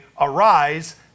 Arise